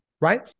right